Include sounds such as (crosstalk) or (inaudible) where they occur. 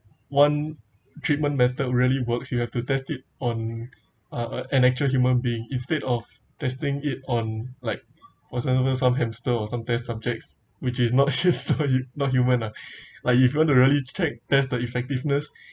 one treatment method really works you have to test it on uh an actual human being instead of testing it on like some hamster or some test subjects which is not (laughs) not hu~ not human ah like if you really check test the effectiveness